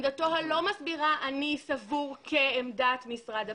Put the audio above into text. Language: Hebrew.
עמדתו הלא מסבירה שאני סביר כעמדת משרד הפנים.